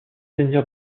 seigneur